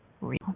real